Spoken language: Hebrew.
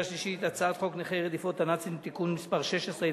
שלישית את הצעת חוק נכי רדיפות הנאצים (תיקון מס' 16),